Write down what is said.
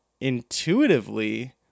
intuitively